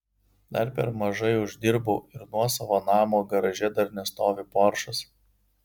dar per mažai uždirbau ir nuosavo namo garaže dar nestovi poršas